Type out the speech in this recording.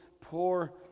poor